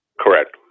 Correct